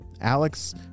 Alex